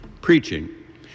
Preaching